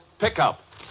Pickup